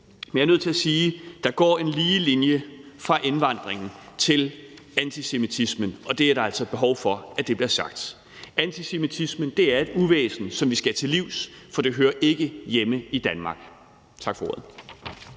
men jeg er nødt til at sige, at der går en lige linje fra indvandringen til antisemitismen, og der er altså behov for, at det bliver sagt. Antisemitismen er et uvæsen, som vi skal til livs, for det hører ikke hjemme i Danmark. Tak for ordet.